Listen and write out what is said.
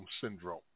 syndrome